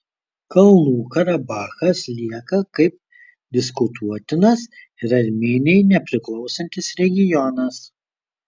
kalnų karabachas lieka kaip diskutuotinas ir armėnijai nepriklausantis regionas